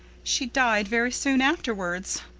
she died very soon afterwards.